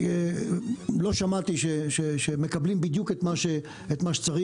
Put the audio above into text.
לא שמעתי שמקבלים בדיוק את מה שצריך,